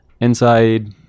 inside